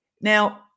Now